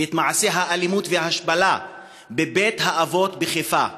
ואת מעשי האלימות וההשפלה בבית-האבות בחיפה.